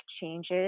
changes